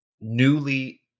newly